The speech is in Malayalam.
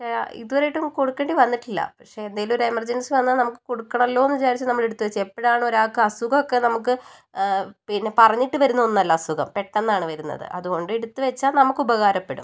പക്ഷെ ഇത് വരെയായിട്ടും കൊടുക്കേണ്ടി വന്നട്ടില്ല പക്ഷെ എന്തേലും ഒരു എമർജൻസി വന്നാൽ നമുക്ക് കൊടുക്കണല്ലോന്ന് വിചാരിച്ച് നമ്മള് എടുത്ത് വച്ചയാ എപ്പോഴാണ് ഒരാൾക്ക് അസുഖമൊക്കെ നമുക്ക് പിന്നെ പറഞ്ഞിട്ട് വരുന്ന ഒന്നല്ല അസുഖം പെട്ടന്നാണ് വരുന്നത് അതുകൊണ്ട് എടുത്ത് വച്ചാൽ നമുക്ക് ഉപകാരപ്പെടും